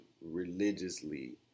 religiously